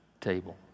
table